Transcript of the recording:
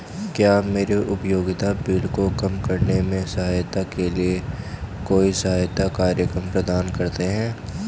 क्या आप मेरे उपयोगिता बिल को कम करने में सहायता के लिए कोई सहायता कार्यक्रम प्रदान करते हैं?